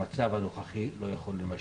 המצב הנוכחי לא יכול להימשך.